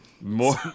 More